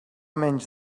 menys